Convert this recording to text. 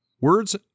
words